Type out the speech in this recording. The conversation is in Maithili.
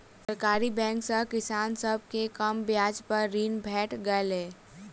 सरकारी बैंक सॅ किसान सभ के कम ब्याज पर ऋण भेट गेलै